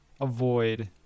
avoid